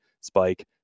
spike